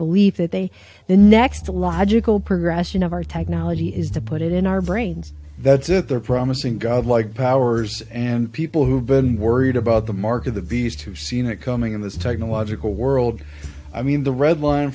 belief that they the next logical progression of our technology is to put it in our brains that's it they're promising godlike powers and people who've been worried about the mark of the beast who seen it coming in this technological world i mean the red line